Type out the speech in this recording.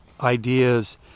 ideas